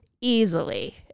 easily